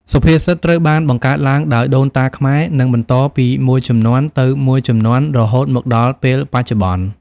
សុភាសិតត្រូវបានបង្កើតឡើងដោយដូនតាខ្មែរ និងបន្តពីមួយជំនាន់ទៅមួយជំនាន់រហូតមកដល់ពេលបច្ចុប្បន្ន។